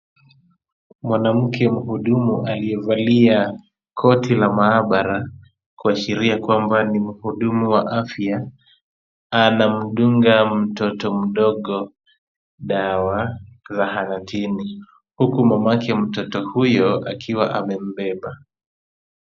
Mwanamke mhudumu aliyevalia koti la maabara kuashiria kwamba ni mhudumu wa afya, anamdunga mtoto mdogo dawa zahanatini, huku mamake mtoto huyo akiwa amembeba.